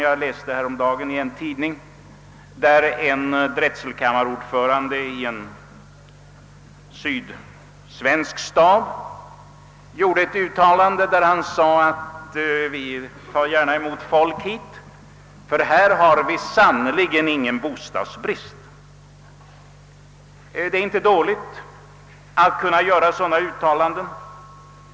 Jag läste emellertid häromdagen en tidningsartikel där drätselkammarordföranden i en sydsvenk stad sade: Vi tar gärna emot folk här, ty vi har sannerligen ingen bostadsbrist. — Det är inte dåligt att kunna göra sådana uttalanden.